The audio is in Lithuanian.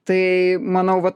tai manau va